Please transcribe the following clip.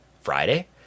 Friday